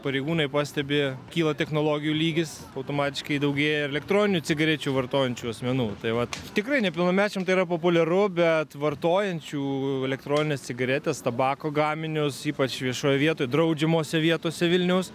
pareigūnai pastebi kyla technologijų lygis automatiškai daugėja elektroninių cigarečių vartojančių asmenų tai vat tikrai nepilnamečiam tai yra populiaru bet vartojančių elektronines cigaretes tabako gaminius ypač viešoj vietoj draudžiamose vietose vilniaus